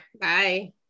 Bye